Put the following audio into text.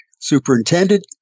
superintendent